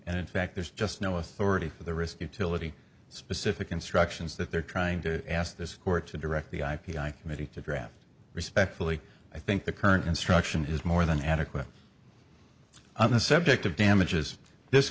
and in fact there's just no authority for the risk utility specific instructions that they're trying to ask this court to direct the i p i committee to draft respectfully i think the current instruction is more than adequate on the subject of damages this